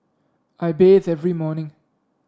I bathe every morning